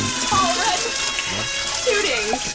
paul rudd's tooting!